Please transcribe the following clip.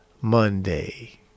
Monday